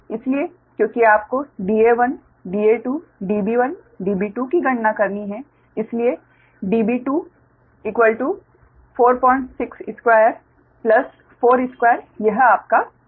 इसलिए क्योंकि आपको Da1 Da2 Db1 Db2 की गणना करनी है इसलिए Db2 Db2 462 42 यह आपका Db2 है